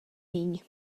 míň